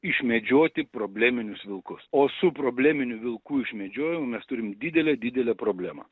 išmedžioti probleminius vilkus o su probleminių vilkų išmedžiojimu mes turim didelę didelę problemą